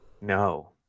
no